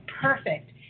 perfect